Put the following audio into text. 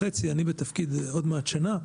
בתפקיד עוד מעט שנה,